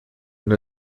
and